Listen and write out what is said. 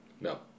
No